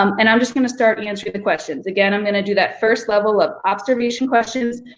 um and i'm just gonna start answering the questions. again, i'm gonna do that first level of observation questions.